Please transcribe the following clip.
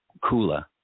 cooler